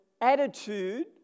attitude